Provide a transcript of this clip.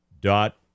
dot